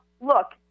look